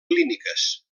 clíniques